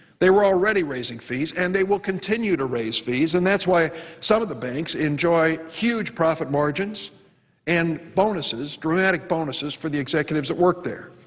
they were already raising fees and they will continue to raise fees and that's why some of the banks enjoy huge profit margins and dramatic bonuses for the executives that work there.